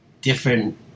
different